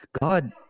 God